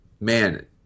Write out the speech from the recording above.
man